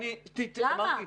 למה?